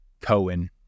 Cohen